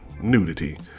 nudity